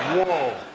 whoa,